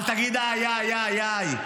אל תגיד איי איי איי.